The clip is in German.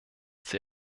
sie